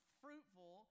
fruitful